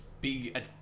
big